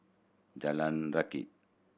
Jalan Rakit